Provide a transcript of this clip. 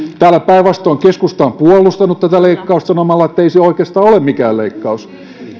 täällä päinvastoin keskusta on puolustanut tätä leikkausta sanomalla ettei se oikeastaan ole mikään leikkaus